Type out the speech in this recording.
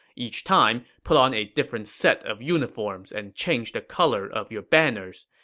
each time, put on a different set of uniforms and change the color of your banners.